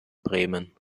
bremen